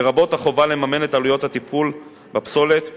לרבות החובה לממן את עלויות הטיפול בפסולת כאמור.